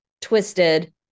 twisted